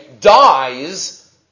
dies